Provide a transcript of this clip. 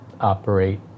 operate